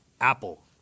Apple